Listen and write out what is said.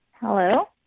Hello